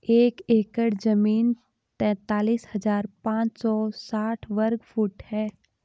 एक एकड़ जमीन तैंतालीस हजार पांच सौ साठ वर्ग फुट है